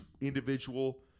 individual